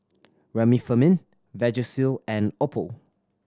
Remifemin Vagisil and Oppo